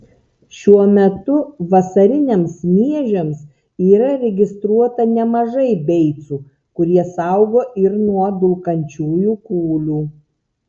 šiuo metu vasariniams miežiams yra registruota nemažai beicų kurie saugo ir nuo dulkančiųjų kūlių